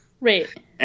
right